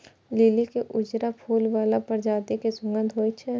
लिली के उजरा फूल बला प्रजाति मे सुगंध होइ छै